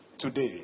today